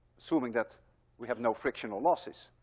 assuming that we have no frictional losses.